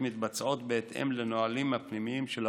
מתבצעות בהתאם לנהלים הפנימיים של המוסדות.